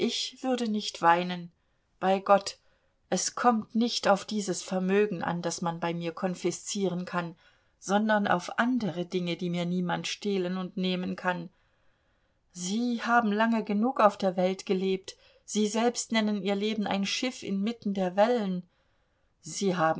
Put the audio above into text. ich würde nicht weinen bei gott es kommt nicht auf dieses vermögen an das man bei mir konfiszieren kann sondern auf andere dinge die mir niemand stehlen und nehmen kann sie haben lange genug auf der welt gelebt sie selbst nennen ihr leben ein schiff inmitten der wellen sie